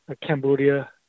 Cambodia